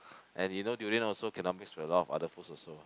and you know durian also cannot mix with a lot of other fruits also